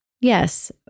yes